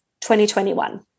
2021